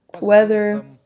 weather